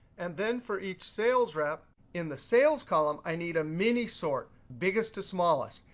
and then for each sales rep, in the sales column, i need a mini sort, biggest to smallest.